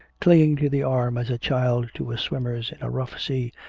clinging to the arm as a child to a swimmer's in a rough sea,